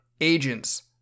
agents